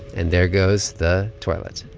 and there goes the toilet.